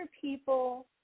people